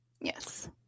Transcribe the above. Yes